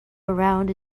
around